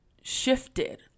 shifted